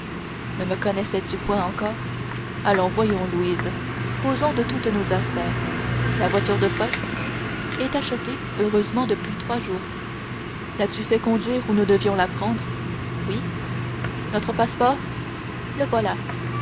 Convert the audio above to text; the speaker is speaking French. ne me connaissais tu point encore allons voyons louise causons de toutes nos affaires la voiture de poste est achetée heureusement depuis trois jours l'as-tu fait conduire où nous devions la prendre oui notre passeport le voilà